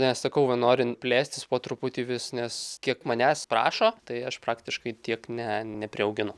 nes sakau va norint plėstis po truputį vis nes kiek manęs prašo tai aš praktiškai tiek ne nepriauginu